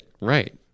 Right